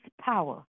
power